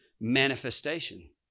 manifestation